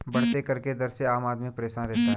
बढ़ते कर के दर से आम आदमी परेशान रहता है